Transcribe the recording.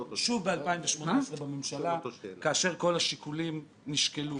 שוב ב-2018 בממשלה; כאשר כל השיקולים נשקלו.